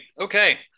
Okay